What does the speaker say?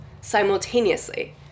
simultaneously